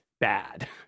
bad